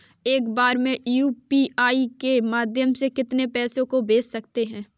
एक बार में यू.पी.आई के माध्यम से कितने पैसे को भेज सकते हैं?